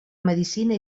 medicina